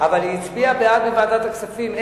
אבל היא הצביעה בעד בוועדת הכספים.